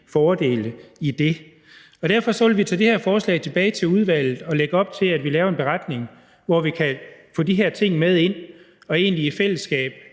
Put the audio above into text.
fordele. Derfor vil vi tage det her forslag tilbage til udvalget og lægge op til, at vi laver en beretning, hvor vi kan få de her ting med ind, og hvor vi egentlig i fællesskab